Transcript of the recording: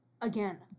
again